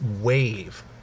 wave